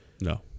no